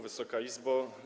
Wysoka Izbo!